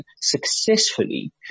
successfully